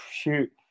shoot